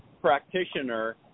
practitioner